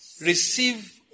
Receive